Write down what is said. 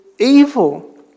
evil